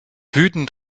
wütend